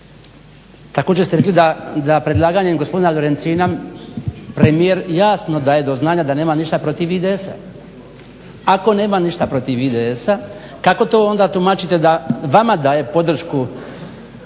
također ste rekli da predlaganjem gospodina Lorencina premijer jasno daje do znanja da nema ništa protiv IDS-a. Ako nema ništa protiv IDS-a kako to onda tumačite da vama daje podršku,